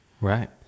right